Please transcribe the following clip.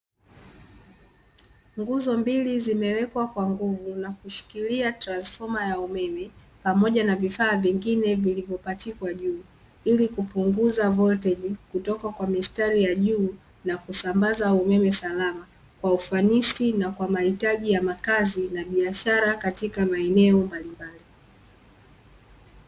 Nguzo mbili zimewekwa kwa nguvu na kushikilia transfoma ya umeme pamoja na vifaa vingine vilivyopachikwa juu ili kupunguza volteji kutoka kwa mistari ya juu na kusambaza umeme salama kwa ufanisi na kwa mahitaji ya makazi na biashara katika maeneo mbalimbali.